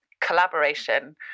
collaboration